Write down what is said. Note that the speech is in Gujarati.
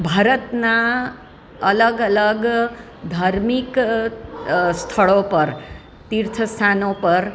ભારતના અલગ અલગ ધાર્મિક સ્થળો પર તીર્થસ્થાનો પર